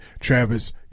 Travis